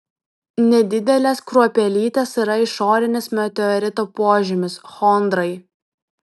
nedidelės kruopelytės yra išorinis meteorito požymis chondrai